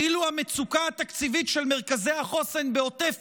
כאילו המצוקה התקציבית של מרכזי החוסן בעוטף